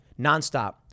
nonstop